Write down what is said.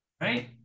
Right